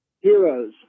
heroes